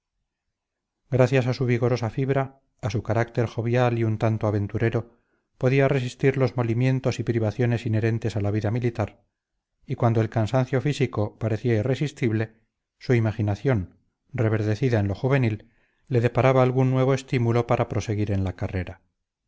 gracias a su vigorosa fibra a su carácter jovial y un tanto aventurero podía resistir los molimientos y privaciones inherentes a la vida militar y cuando el cansancio físico parecía irresistible su imaginación reverdecida en lo juvenil le deparaba algún nuevo estímulo para proseguir en la carrera